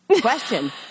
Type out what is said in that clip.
Question